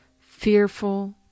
fearful